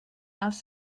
els